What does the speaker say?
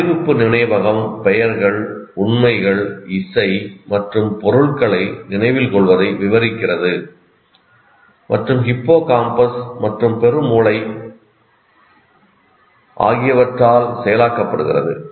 அறிவிப்பு நினைவகம் பெயர்கள் உண்மைகள் இசை மற்றும் பொருள்களை நினைவில் கொள்வதை விவரிக்கிறது மற்றும் ஹிப்போகாம்பஸ் மற்றும் பெருமூளை ஆகியவற்றால் செயலாக்கப்படுகிறது